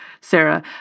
Sarah